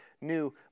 new